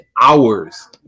hours